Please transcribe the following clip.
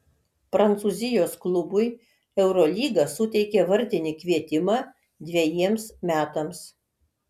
prancūzijos klubui eurolyga suteikė vardinį kvietimą dvejiems metams